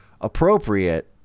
appropriate